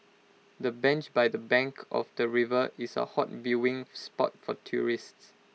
the bench by the bank of the river is A hot viewing spot for tourists